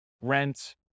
rent